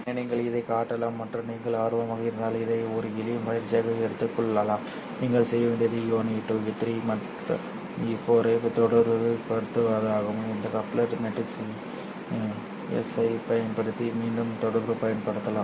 எனவே நீங்கள் இதைக் காட்டலாம் மற்றும் நீங்கள் ஆர்வமாக இருந்தால் இதை ஒரு எளிய பயிற்சியாக எடுத்துக் கொள்ளலாம் நீங்கள் செய்ய வேண்டியது E1 E2 E3 மற்றும் E4 ஐ தொடர்புபடுத்துவதாகும் இந்த கப்ளர் மேட்ரிக்ஸ் எஸ் ஐப் பயன்படுத்தி மீண்டும் தொடர்புபடுத்தலாம்